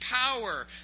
power